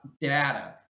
data